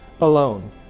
alone